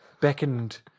beckoned